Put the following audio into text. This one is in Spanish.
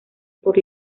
por